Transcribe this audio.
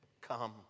Come